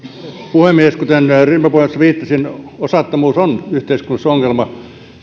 puhemies kuten ryhmäpuheenvuorossa viittasin osattomuus on yhteiskunnassa ongelma